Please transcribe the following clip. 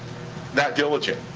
not diligent